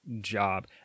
job